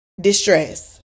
distress